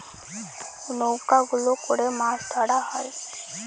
নৌকা গুলো করে মাছ ধরা হয়